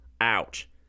Ouch